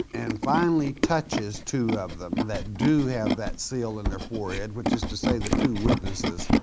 and finally touches two of them that do have that seal in their forehead, which is to say the two witnesses,